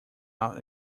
out